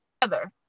together